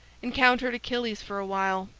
encountered achilles for a while,